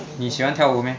你喜欢跳舞 meh